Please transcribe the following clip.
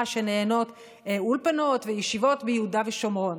שנהנות ממנה אולפנות וישיבות ביהודה ושומרון,